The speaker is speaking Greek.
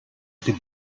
στην